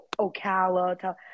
ocala